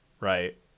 right